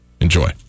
Enjoy